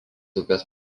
upės